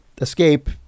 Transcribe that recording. escape